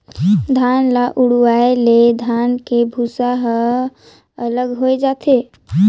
धान ल उड़वाए ले धान के भूसा ह अलग होए जाथे